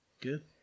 good